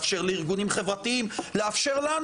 תאפשרו לארגונים החברתיים ותאפשרו לנו,